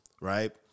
Right